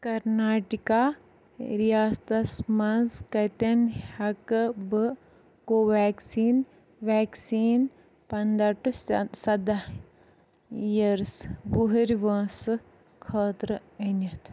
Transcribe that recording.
کرناٹکا ریاستس مَنٛز کَتٮ۪ن ہیٚکہٕ بہٕ کو ویٚکسیٖن ویکسٖن پندَہ ٹہ سَدہ یِیرس وُہُر وٲنٛسہٕ خٲطر أنِتھ